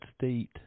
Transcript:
state